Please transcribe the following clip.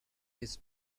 his